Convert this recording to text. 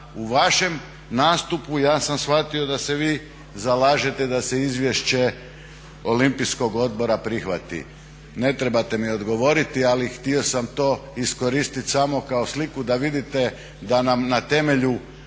u vašem nastupu ja sam shvatio da se vi zalažete da se izvješće Olimpijskog odbora prihvati. Ne trebate mi odgovoriti ali htio sam to iskoristiti samo kao sliku da vidite da nam na temelju